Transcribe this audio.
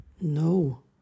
No